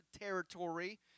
territory